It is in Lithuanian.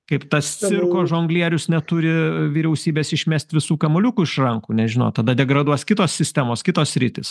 kaip tas cirko žonglierius neturi vyriausybės išmesti visų kamuoliukų išrankų nežinot tada degraduos kitos sistemos kitos sritys